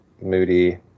moody